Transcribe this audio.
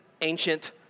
ancient